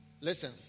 Listen